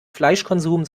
fleischkonsum